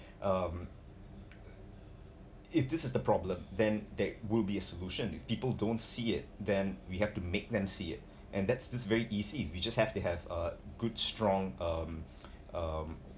um if this is the problem then that will be a solution if people don't see it then we have to make them see it and that's very easy you just have to have uh good strong um um